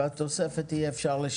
בסדר.